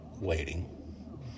waiting